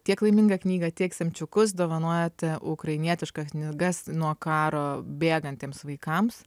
tiek laimingą knygą tiek semčiukus dovanojate ukrainietiška knygas nuo karo bėgantiems vaikams